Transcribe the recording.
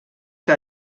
que